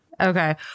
Okay